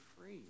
free